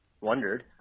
wondered